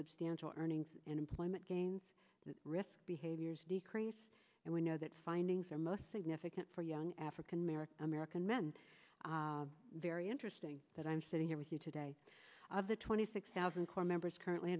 substantial earnings and employment gains the risk behaviors decreased and we know that findings are most significant for young african american american men very interesting that i'm sitting here with you today of the twenty six thousand core members currently